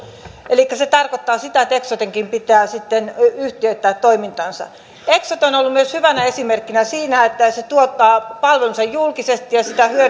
tämä tarkoittaa sitä että eksotenkin pitää sitten yhtiöittää toimintaansa eksote on ollut myös hyvänä esimerkkinä siinä että se tuottaa palvelunsa julkisesti ja